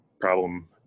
problem